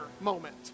moment